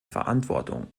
verantwortung